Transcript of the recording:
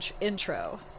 intro